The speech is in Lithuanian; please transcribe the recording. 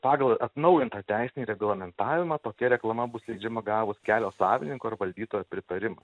pagal atnaujintą teisinį reglamentavimą tokia reklama bus leidžiama gavus kelio savininko ar valdytojo pritarimą